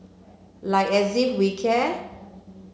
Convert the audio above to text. like as if we care